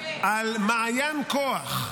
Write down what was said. על מעיין כוח,